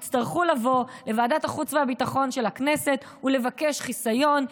יצטרכו לבוא לוועדת החוץ והביטחון של הכנסת ולבקש חיסיון.